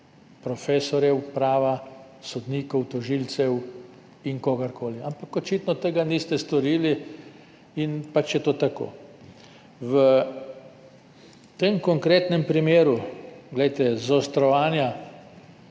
profesorjev prava, sodnikov, tožilcev in kogarkoli. Ampak očitno tega niste storili in je pač to tako. V tem konkretnem primeru zaostrovanja